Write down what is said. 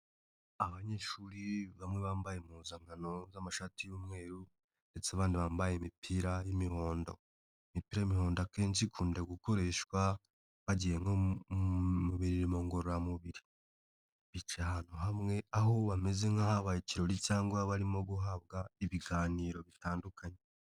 Abanyeshuri bamwe bambaye impuzankano z'amashati y'umweru ndetse abandi bambaye imipira y'imihondo, imipira y'umuhondo akenshi ikunda gukoreshwa bagiye nko mu mirimo ngororamubiri, bicaye ahantu hamwe aho bameze nk'ahabaye ikirori cyangwa barimo guhabwa ibiganiro bitandukanye.